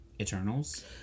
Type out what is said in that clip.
Eternals